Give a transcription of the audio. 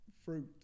fruit